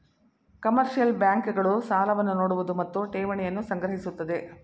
commercial bank ಗಳು ಸಾಲವನ್ನು ನೋಡುವುದು ಮತ್ತು ಠೇವಣಿಯನ್ನು ಸಂಗ್ರಹಿಸುತ್ತದೆ